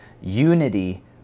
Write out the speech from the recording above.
Unity